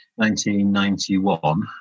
1991